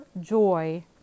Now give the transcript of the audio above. joy